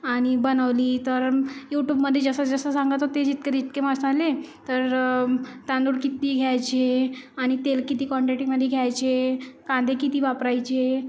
आणि बनवली तर यूटूबमध्ये जसं जसं सांगत होते जितके जितके मसाले तर तांदूळ किती घ्यायचे आणि तेल किती क्वांटिटीमध्ये घ्यायचे कांदे किती वापरायचे